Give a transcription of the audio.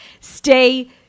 stay